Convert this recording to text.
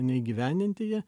neįgyvendinti jie